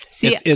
See